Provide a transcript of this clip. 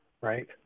right